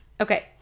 Okay